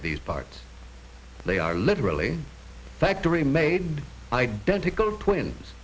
of these parts they are literally factory made identical twins